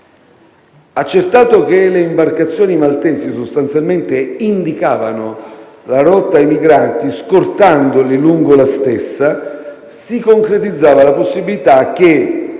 Accertato che le imbarcazioni maltesi sostanzialmente indicavano la rotta ai migranti scortandoli lungo la stessa, si concretizzava la possibilità che,